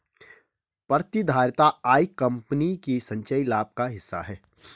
प्रतिधारित आय कंपनी के संचयी लाभ का हिस्सा है